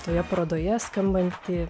toje parodoje skambantį